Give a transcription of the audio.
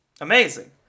amazing